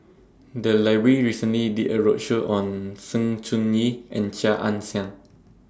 The Library recently did A roadshow on Sng Choon Yee and Chia Ann Siang